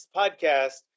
podcast